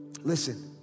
Listen